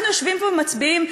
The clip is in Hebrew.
אנחנו יושבים פה ומצביעים,